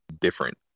different